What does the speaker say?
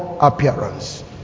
appearance